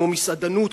כמו מסעדנות,